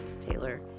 Taylor